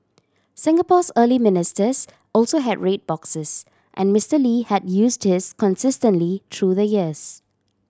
Singapore's early ministers also had red boxes and Mister Lee had used his consistently through the years